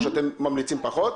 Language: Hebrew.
או שאתם ממליצים פחות.